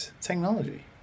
technology